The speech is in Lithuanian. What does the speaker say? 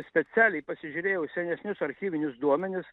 specialiai pasižiūrėjau į senesnius archyvinius duomenis